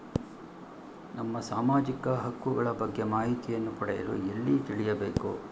ನಮ್ಮ ಸಾಮಾಜಿಕ ಹಕ್ಕುಗಳ ಬಗ್ಗೆ ಮಾಹಿತಿಯನ್ನು ಪಡೆಯಲು ಎಲ್ಲಿ ತಿಳಿಯಬೇಕು?